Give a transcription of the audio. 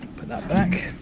but that back.